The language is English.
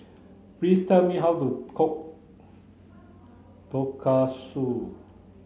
please tell me how to cook Tonkatsu